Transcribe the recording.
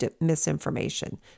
misinformation